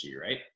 right